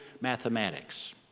mathematics